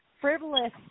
frivolous